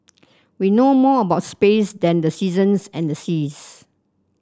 we know more about space than the seasons and the seas